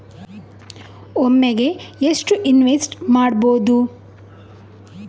ಒಮ್ಮೆಗೆ ಎಷ್ಟು ಇನ್ವೆಸ್ಟ್ ಮಾಡ್ಬೊದು?